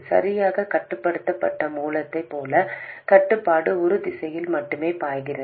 சரியாக கட்டுப்படுத்தப்பட்ட மூலத்தைப் போல கட்டுப்பாடு ஒரு திசையில் மட்டுமே பாய்கிறது